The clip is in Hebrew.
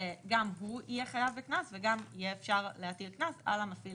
הוא יהיה חייב בקנס וגם יהיה אפשר להטיל קנס על המפעיל